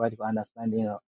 understanding